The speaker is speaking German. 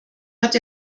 hat